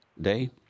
Day